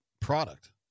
product